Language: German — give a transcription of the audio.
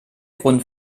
grund